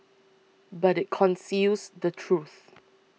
but it conceals the truth